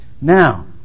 Now